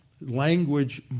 Language